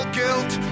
guilt